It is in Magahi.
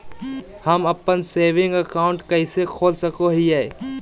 हम अप्पन सेविंग अकाउंट कइसे खोल सको हियै?